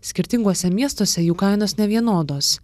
skirtinguose miestuose jų kainos nevienodos